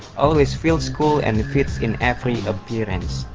always feels cool and fits in every appearance.